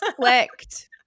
clicked